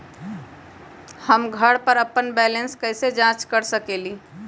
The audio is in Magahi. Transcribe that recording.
हम घर पर अपन बैलेंस कैसे जाँच कर सकेली?